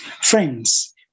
Friends